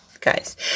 guys